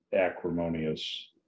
acrimonious